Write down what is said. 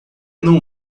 não